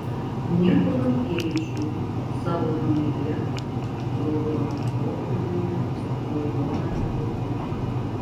nikolui keidžui savo numylėtam raudonam popieriuje raudoname voke